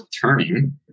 turning